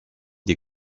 des